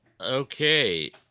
Okay